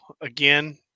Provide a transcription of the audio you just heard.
again